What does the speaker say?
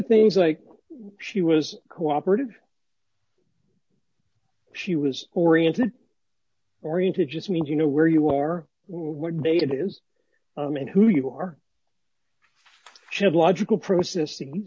things like she was cooperative she was oriented oriented just means you know where you are what day it is and who you are have logical process thing